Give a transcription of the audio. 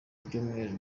byumweru